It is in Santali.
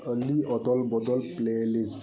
ᱚᱞᱤ ᱚᱫᱚᱞ ᱵᱚᱫᱚᱞ ᱯᱞᱮᱞᱤᱥᱴ